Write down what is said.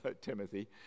Timothy